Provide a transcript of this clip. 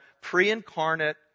pre-incarnate